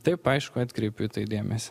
taip aišku atkreipiu į tai dėmesį